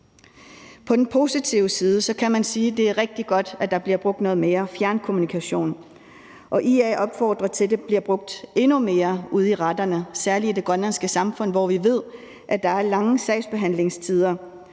På den positive side kan man sige, at det er rigtig godt, at der bliver brugt noget mere fjernkommunikation, og IA opfordrer til, at det bliver brugt endnu mere ude i retterne, særlig i det grønlandske samfund, hvor vi ved, at der er lange sagsbehandlingstider